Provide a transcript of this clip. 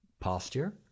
posture